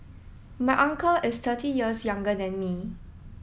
my uncle is thirty years younger than me